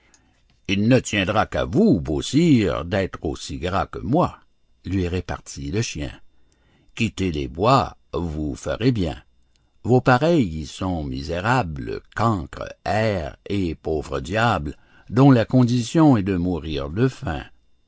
il ne tiendra qu'à vous beau sire d'être aussi gras que moi lui repartit le chien quittez les bois vous ferez bien vos pareils y sont misérables cancres hères et pauvres diables dont la condition est de mourir de faim